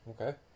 Okay